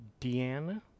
Deanna